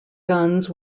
guns